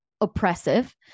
oppressive